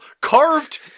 carved